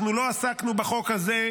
אנחנו לא עסקנו בחוק הזה,